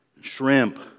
shrimp